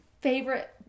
favorite